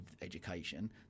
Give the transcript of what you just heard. education